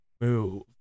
move